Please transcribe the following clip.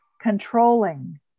controlling